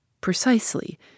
Precisely